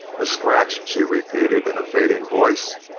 a scratch, she repeated in a fading voice,